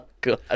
God